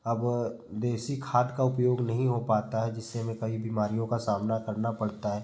अब देशी खाद का उपयोग नहीं हो पता है जिससे हमें कई बीमारियों बीमारियों का सामना करना पड़ता है